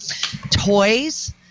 toys –